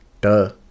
Duh